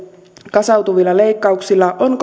kasautuvilla leikkauksilla on